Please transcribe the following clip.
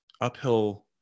uphill